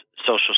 social